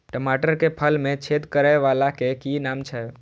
टमाटर के फल में छेद करै वाला के कि नाम छै?